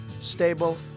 Stable